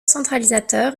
centralisateur